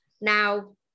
Now